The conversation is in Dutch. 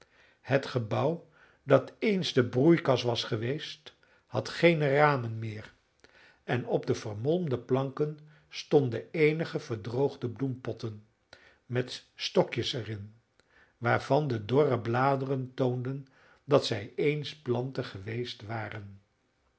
het gebouw dat eens de broeikas was geweest had geene ramen meer en op de vermolmde planken stonden eenige verdroogde bloempotten met stokjes er in waarvan de dorre bladeren toonden dat zij eens planten geweest waren